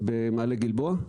במעלה גלבוע,